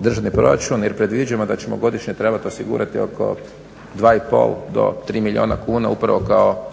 državni proračun jer predviđamo da ćemo godišnje trebat osigurati oko 2,5 do 3 milijuna kuna upravo kao